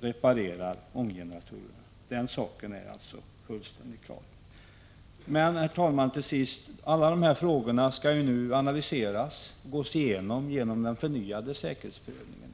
reparerar ånggeneratorerna. Den saken är alltså fullständigt klar. Till sist: Alla dessa frågor skall nu analyseras och gås igenom vid den förnyade säkerhetsprövningen.